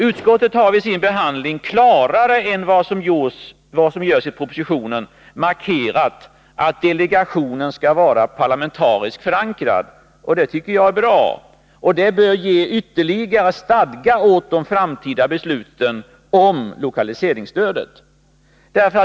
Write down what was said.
Utskottet har vid sin behandling klarare än vad som görs i propositionen markerat att delegationen skall vara parlamentariskt förankrad, och det tycker jag är bra. Det bör ge ytterligare stadga åt de framtida besluten om lokaliseringsstödet.